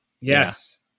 Yes